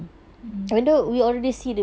mm mm